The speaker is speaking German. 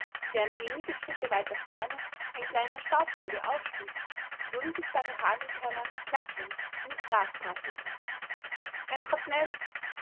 während wenige schritte weiter vorne ein kleiner staubwirbel aufstieg und unsichtbare hagelkörner klatschend ins gras prasselten ein schrapnell